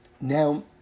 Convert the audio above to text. Now